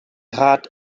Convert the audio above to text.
rat